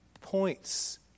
points